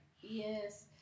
Yes